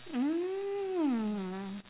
mm